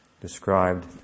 described